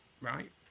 Right